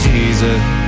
Jesus